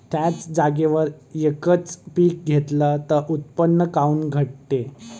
थ्याच जागेवर यकच पीक घेतलं त उत्पन्न काऊन घटते?